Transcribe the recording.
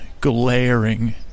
glaring